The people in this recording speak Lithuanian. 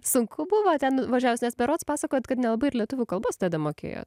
sunku buvo ten nuvažiavus nes berods pasakojot kad nelabai ir lietuvių kalbos tada mokėjo